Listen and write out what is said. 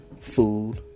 food